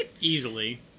Easily